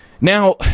now